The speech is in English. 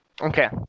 Okay